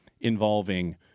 involving